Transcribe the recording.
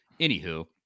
anywho